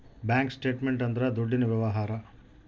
bank statement ಅಂದ್ರ ದುಡ್ಡಿನ ವ್ಯವಹಾರ